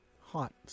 hot